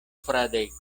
fradeko